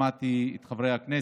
שמעתי את חברי הכנסת,